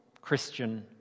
Christian